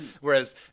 Whereas